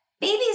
babies